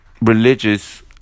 religious